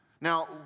Now